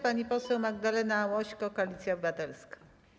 Pani poseł Magdalena Łośko, Koalicja Obywatelska.